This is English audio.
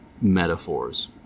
metaphors